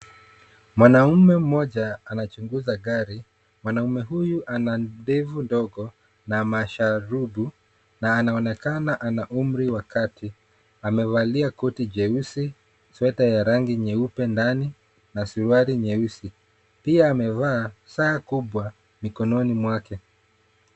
Mwanaume moja anachunguza gari. Mwanaume huyu ana ndevu ndogo na masharubu na anaonekana ana umri wa kati. Amevalia koti jeusi, sweta la rangi nyeupe ndani na suruali nyeusi. Pia amevaa saa kubwa mikononi mwake.